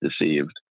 deceived